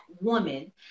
woman